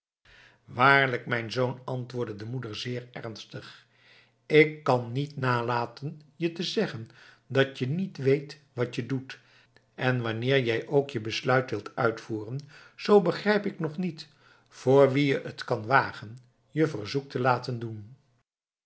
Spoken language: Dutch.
waarlijk mijn zoon antwoordde de moeder zeer ernstig ik kan niet nalaten je te zeggen dat je niet weet wat je doet en wanneer jij ook je besluit wilt uitvoeren zoo begrijp ik nog niet door wien je het kan wagen je verzoek te laten doen